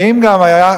האם גם אנחנו,